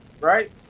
right